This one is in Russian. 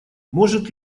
может